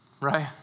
right